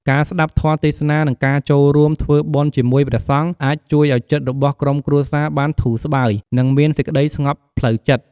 ការស្តាប់ធម៌ទេសនា និងការចូលរួមធ្វើបុណ្យជាមួយព្រះសង្ឃ អាចជួយឱ្យចិត្តរបស់ក្រុមគ្រួសារបានធូរស្បើយ និងមានសេចក្តីស្ងប់ផ្លូវចិត្ត។